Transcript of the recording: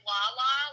Lala